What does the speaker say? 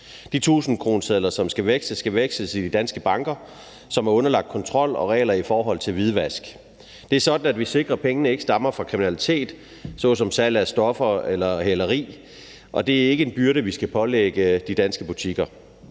De tusindkronesedler, som skal veksles, skal veksles i de danske banker, som er underlagt kontrol og regler i forhold til hvidvask. Det er sådan, vi sikrer, at pengene ikke stammer fra kriminalitet såsom salg af stoffer eller hæleri, og at det ikke er en byrde, vi skal pålægge de danske butikker.